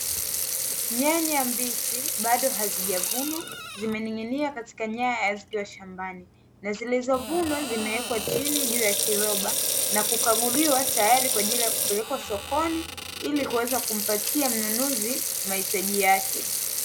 Nyanya mbichi bado hazijavunwa, zimening'inia katika nyaya zikiwa shambani, na zilizovunwa zimewekwa chini juu ya kiroba na kukaguliwa, tayari kupelekwa sokoni ili kumpatia mnunuzi mahitaji yake.